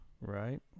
Right